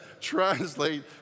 Translate